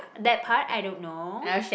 that part I don't know